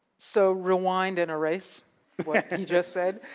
so, rewind and erase what he just said.